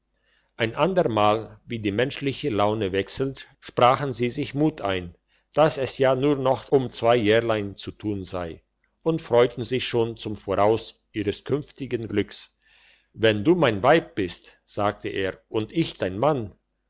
ein ander mal wie die menschliche laune wechselt sprachen sie sich mut ein dass es ja nur noch um zwei jährlein zu tun sei und freuten sich schon zum voraus ihres zukünftigen glücks wenn du mein weib bist sagte er und ich dein mann